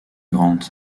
grant